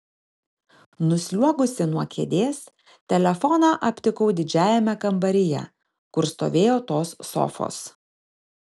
nusliuogusi nuo kėdės telefoną aptikau didžiajame kambaryje kur stovėjo tos sofos